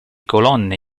colonne